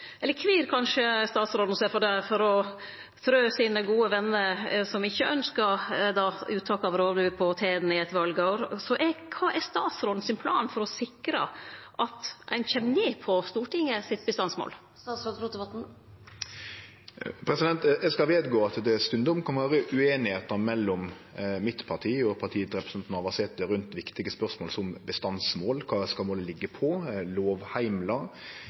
Eller kvir kanskje statsråden seg for å trå sine gode vener som ikkje ynskjer det uttaket av rovdyr, på tærne i eit valår? Kva er statsråden sin plan for å sikre at ein kjem ned på Stortinget sitt bestandsmål? Eg skal vedgå at det stundom kan vere ueinigheiter mellom partiet mitt og partiet til representanten Navarsete rundt viktige spørsmål som bestandsmål – kva målet skal liggje på, lovheimlar og også synet på